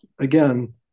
again